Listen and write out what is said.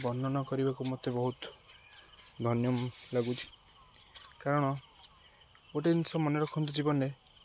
ବର୍ଣ୍ଣନ କରିବାକୁ ମୋତେ ବହୁତ ଧନ୍ୟ ଲାଗୁଛି କାରଣ ଗୋଟେ ଜିନିଷ ମନେ ରଖନ୍ତୁ ଜୀବନରେ